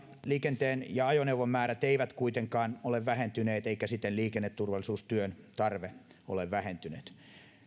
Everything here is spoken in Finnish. liikenteen ja ajoneuvojen määrät eivät kuitenkaan ole vähentyneet eikä siten liikenneturvallisuustyön tarve ole vähentynyt